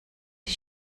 his